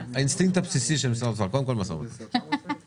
האינסטינקט הבסיסי של משרד האוצר הוא קודם כול לעשות משא ומתן ...